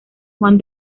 juan